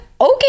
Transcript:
Okay